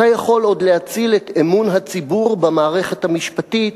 אתה יכול עוד להציל את אמון הציבור במערכת המשפטית,